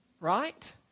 Right